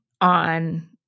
on